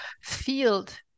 field